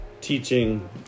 teaching